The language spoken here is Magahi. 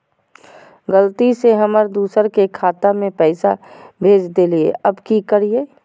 गलती से हम दुसर के खाता में पैसा भेज देलियेई, अब की करियई?